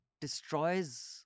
destroys